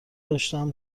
داشتم